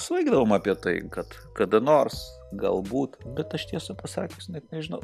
svajodavom apie tai kad kada nors galbūt bet aš tiesą pasakius net nežinau